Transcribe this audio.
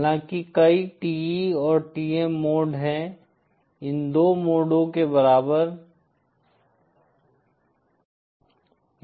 हालांकि कई TE और TM मोड हैं